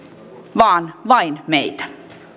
vaan vain meitä